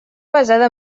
basada